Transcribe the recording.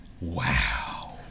Wow